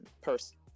person